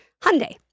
Hyundai